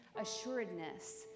assuredness